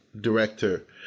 Director